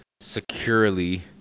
securely